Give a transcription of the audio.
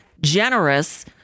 generous